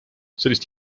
sellist